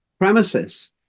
premises